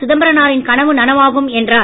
சிதம்பரனாரின் கனவு நனவாகும் என்றார்